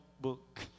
book